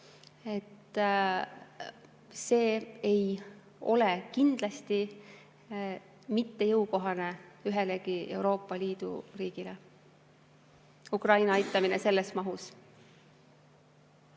See ei käi kindlasti üle jõu ühelegi Euroopa Liidu riigile, Ukraina aitamine selles mahus.